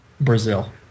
Brazil